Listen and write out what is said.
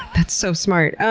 that's so smart.